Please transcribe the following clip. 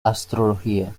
astrología